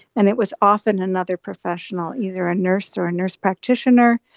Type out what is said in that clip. and it was often another professional, either a nurse or a nurse practitioner,